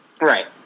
Right